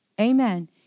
Amen